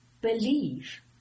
believe